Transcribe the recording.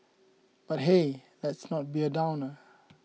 but hey let's not be a downer